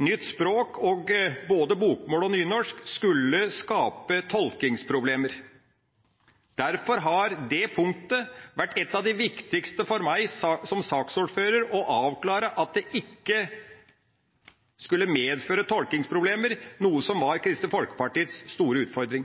nytt språk og både bokmål og nynorsk skulle skape tolkningsproblemer. Derfor har det punktet vært et av de viktigste for meg som saksordfører å avklare, at det ikke skulle medføre tolkningsproblemer, noe som var Kristelig